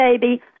baby